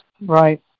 Right